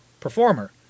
performer